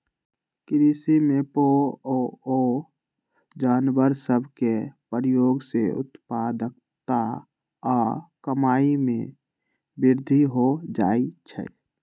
कृषि में पोअउऔ जानवर सभ के प्रयोग से उत्पादकता आऽ कमाइ में वृद्धि हो जाइ छइ